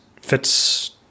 fits